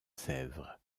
sèvres